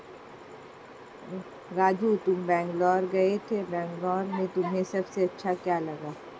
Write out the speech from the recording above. राजू तुम बेंगलुरु गए थे बेंगलुरु में तुम्हें सबसे अच्छा क्या लगा?